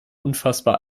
unfassbar